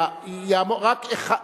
רק אחד,